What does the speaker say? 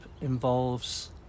involves